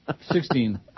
Sixteen